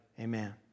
Amen